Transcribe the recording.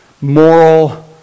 moral